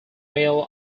male